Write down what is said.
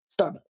Starbucks